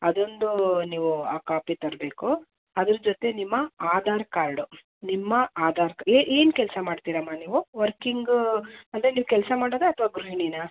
ಅದೊಂದು ನೀವು ಆ ಕಾಪಿ ತರಬೇಕು ಅದ್ರ ಜೊತೆ ನಿಮ್ಮ ಆಧಾರ್ ಕಾರ್ಡು ನಿಮ್ಮ ಆಧಾರ್ ಏನು ಕೆಲಸ ಮಾಡ್ತೀರಮ್ಮ ನೀವು ವರ್ಕಿಂಗು ಅಂದರೆ ನೀವು ಕೆಲಸ ಮಾಡೋದಾ ಅಥವಾ ಗೃಹಿಣೀನ